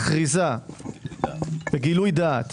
מכריזה גילוי דעת